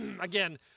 again